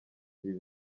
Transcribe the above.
ibi